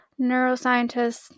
neuroscientists